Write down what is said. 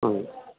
ம்